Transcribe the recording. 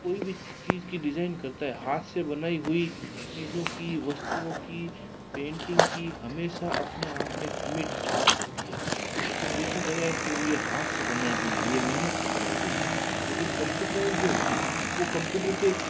कोई भी चीज की डिजाइन करता है हाँथ से बनाई हुई चीज़ों की वस्तुओं की पेंटिंग की हमेशा अपने आप में एक अमिट छाप होती है उसको देखा गया है कि वो हाथ से बनाई गई है ये मेहनत से बनाई गई है लेकिन कंप्यूटराइज जो होगी वो कंप्यूटर के